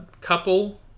couple